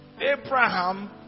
Abraham